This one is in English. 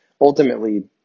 ultimately